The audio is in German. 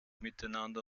miteinander